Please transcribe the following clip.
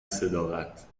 صداقت